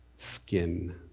Skin